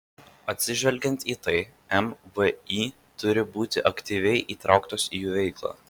atsižvelgiant į tai mvį turi būti aktyviai įtrauktos į jų veiklą